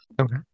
Okay